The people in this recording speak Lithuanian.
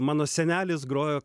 mano senelis grojo